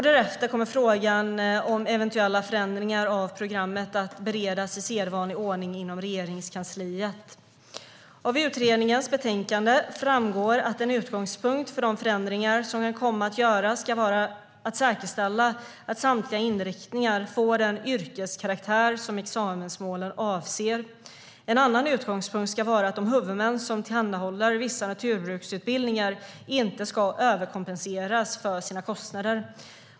Därefter kommer frågan om eventuella förändringar av programmet att beredas i sedvanlig ordning inom Regeringskansliet. Av utredningens betänkande framgår att en utgångspunkt för de förändringar som kan komma att göras ska vara att säkerställa att samtliga inriktningar får den yrkeskaraktär som examensmålen avser. En annan utgångspunkt ska vara att de huvudmän som tillhandahåller vissa naturbruksutbildningar inte ska överkompenseras för sina kostnader.